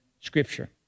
Scripture